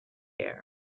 air